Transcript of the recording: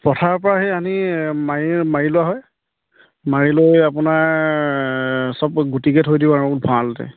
পথাৰৰ পৰা সি আনি মাৰি মাৰি লোৱা হয় মাৰি লৈ আপোনাৰ চব গুটিকে থৈ দিওঁ আৰু ভঁৰালতে